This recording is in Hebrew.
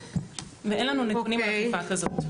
אין לנו נתונים על אכיפה כזאת.